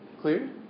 clear